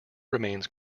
remains